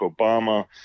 Obama